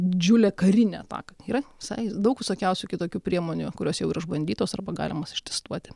didžiulę karinę ataką yra visai daug visokiausių kitokių priemonių kurios jau yra išbandytos arba galimos ištestuoti